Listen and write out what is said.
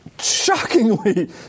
shockingly